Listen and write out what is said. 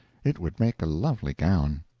it would make a lovely gown.